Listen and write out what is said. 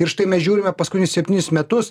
ir štai mes žiūrime paskunius septynis metus